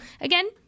again